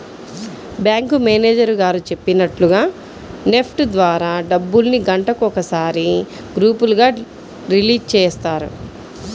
bank manager గారు చెప్పినట్లుగా NEFT ద్వారా డబ్బుల్ని గంటకొకసారి గ్రూపులుగా రిలీజ్ చేస్తారు